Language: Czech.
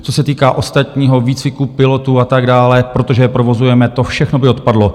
Co se týká ostatního výcviku pilotů a tak dále, protože je provozujeme, to všechno by odpadlo.